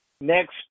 next